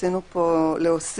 רצינו פה להוסיף,